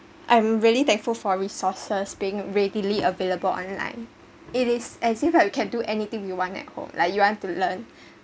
I'm really thankful for resources being readily available online it is as if you can do anything you want at home like you want to learn